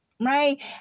right